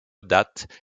date